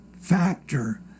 factor